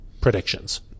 predictions